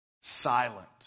Silent